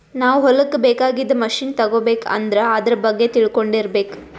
ನಾವ್ ಹೊಲಕ್ಕ್ ಬೇಕಾಗಿದ್ದ್ ಮಷಿನ್ ತಗೋಬೇಕ್ ಅಂದ್ರ ಆದ್ರ ಬಗ್ಗೆ ತಿಳ್ಕೊಂಡಿರ್ಬೇಕ್